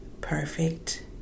perfect